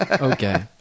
Okay